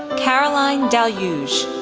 caroline dalluge,